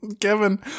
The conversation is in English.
Kevin